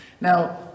Now